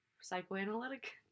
psychoanalytic